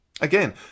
Again